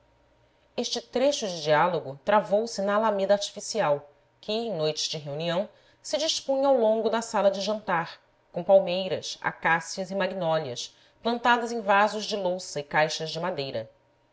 este trecho de diálogo travou-se na alameda artificial que em noites de reunião se dispunha ao longo da sala de jantar com palmeiras acácias e magnólias plantadas em vasos de louça e caixas de madeira